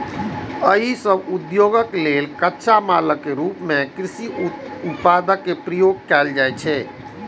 एहि सभ उद्योग लेल कच्चा मालक रूप मे कृषि उत्पादक उपयोग कैल जाइ छै